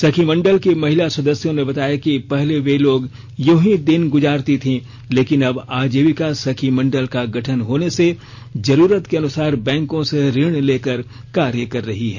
सखी मंडल की महिला सदस्यों ने बताया कि पहले वे लोग यूँ हीं दिन गुजारती थीं लेकिन अब आजीविका सखी मंडल का गठन होने से जरूरत के अनुसार बैंकों से ऋण लेकर कार्य कर रही हैं